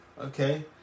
Okay